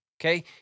Okay